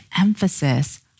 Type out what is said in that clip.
emphasis